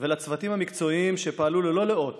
ולצוותים המקצועיים שפעלו ללא לאות